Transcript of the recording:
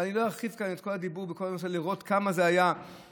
ואני לא ארחיב כאן את הדיבור בכל הנושא כדי לראות כמה זה היה פוגעני,